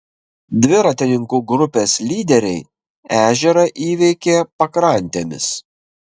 dviratininkų grupės lyderiai ežerą įveikė pakrantėmis